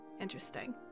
Interesting